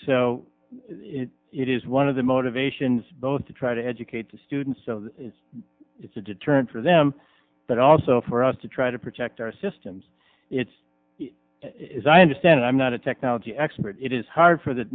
so it is one of the motivations both to try to educate the students so that it's a deterrent for them but also for us to try to protect our systems it's as i understand i'm not a technology expert it is hard for the